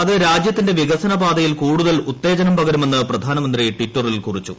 അത് രാജ്യത്തിന്റെ വികസനപാതയിൽ കൂടുതൽ ഉത്തേജനം പകരുമെന്ന് പ്രധാനമന്ത്രി ടിറ്ററിൽ കുറിച്ചു